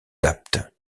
aptes